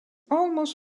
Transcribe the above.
almost